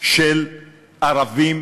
של ערבים